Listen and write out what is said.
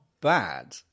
bad